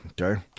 okay